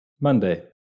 Monday